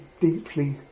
deeply